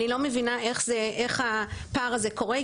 אני לא מבינה איך הפער הזה קורה.